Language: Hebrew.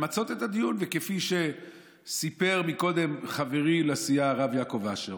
כפי שסיפר קודם חברי לסיעה הרב יעקב אשר,